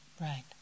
right